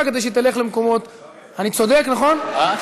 מה קרה?